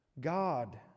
God